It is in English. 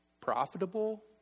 profitable